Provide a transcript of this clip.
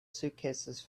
suitcases